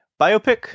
biopic